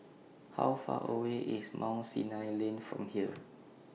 How Far away IS Mount Sinai Lane from here